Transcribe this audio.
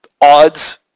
odds